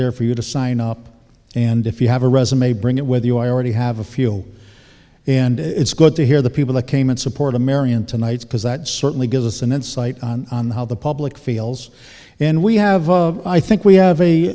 there for you to sign up and if you have a resume bring it with you i already have a few and it's good to hear the people that came and support omarion tonight because that certainly gives us an insight on how the public feels and we have a i think we have a